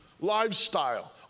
lifestyle